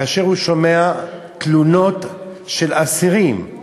כאשר הוא שומע תלונות של אסירים,